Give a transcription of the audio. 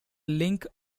link